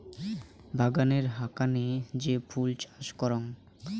বাগানের হাকানে যে ফুল চাষ করাং